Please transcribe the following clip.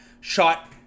shot